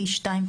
T-2,